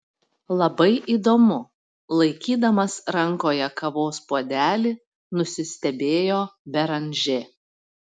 labai įdomu laikydamas rankoje kavos puodelį nusistebėjo beranžė